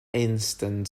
instant